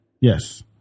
Yes